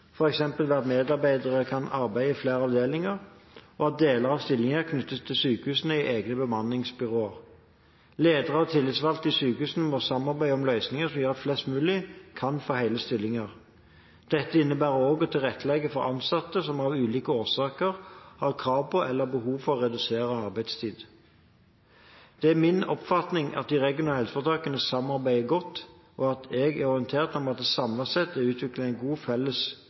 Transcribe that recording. ved at medarbeidere kan arbeide i flere avdelinger, og at deler av stillingen er knyttet til sykehusenes egne bemanningsbyråer. Ledere og tillitsvalgte i sykehusene må samarbeide om løsninger som gjør at flest mulig kan få hele stillinger. Dette innebærer også å tilrettelegge for ansatte som av ulike årsaker har krav på eller behov for redusert arbeidstid. Det er min oppfatning at de regionale helseforetakene samarbeider godt, og jeg er orientert om at det samlet sett er utviklet et godt felles